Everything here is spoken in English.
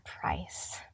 price